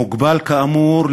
מוגבל כאמור,